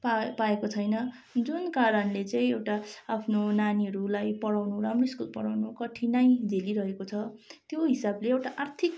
पा पाएको छैन जुन कारणले चाहिँ एउटा आफ्नो नानीहरूलाई पढाउनु राम्रो स्कुल पढाउनु कठिनाई झेलिरहेको छ त्यो हिसाबले एउटा आर्थिक